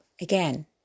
again